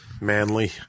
manly